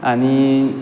आनी